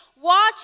watch